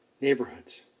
neighborhoods